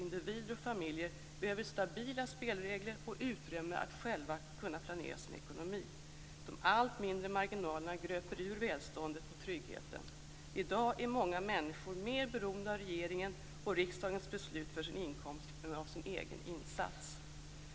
Individer och familjer behöver stabila spelregler och utrymme att själva kunna planera sin ekonomi. De allt mindre marginalerna gröper ur välståndet och tryggheten. I dag är många människor mer beroende av regeringens och riksdagens beslut för sin inkomst än av sin egen insats.